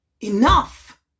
Enough